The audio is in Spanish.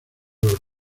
los